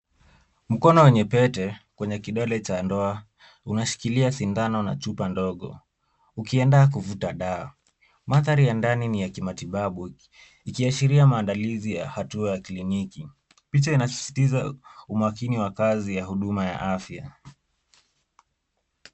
Mkono wenye pete kwenye kidole cha ndoa unashikilia sindano na chupa ndogo ukienda kuvuta dawa. Mandhari ya ndani ni ya kimatibabu ikiashiria maandalizi ya hatua ya kliniki. Picha inasisitiza umakini wa kazi ya huduma ya afya.